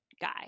guy